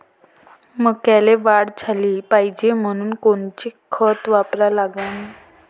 मक्याले वाढ झाली पाहिजे म्हनून कोनचे खतं वापराले लागन?